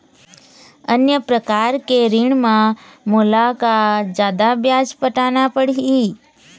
अन्य प्रकार के ऋण म मोला का जादा ब्याज पटाना पड़ही?